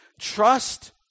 trust